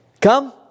Come